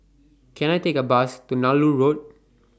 Can I Take A Bus to Nallur Road